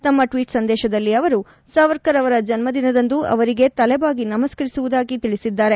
ತಮ್ಮ ಟ್ವೀಟ್ ಸಂದೇಶದಲ್ಲಿ ಅವರು ಸಾವರ್ಕರ್ ಅವರ ಜನ್ಮದಿನದಂದು ಅವರಿಗೆ ತಲೆಬಾಗಿ ನಮಸ್ಕರಿಸುವುದಾಗಿ ತಿಳಿಸಿದ್ದಾರೆ